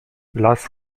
las